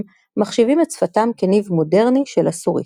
מחשיבים את שפתם כניב מודרני של הסורית.